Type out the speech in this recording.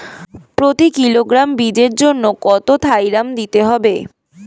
প্রতি কিলোগ্রাম বীজের জন্য কত থাইরাম দিতে হবে?